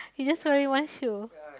he's just wearing one shoe